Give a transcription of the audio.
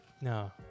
No